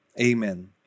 amen